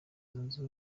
zunze